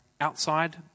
outside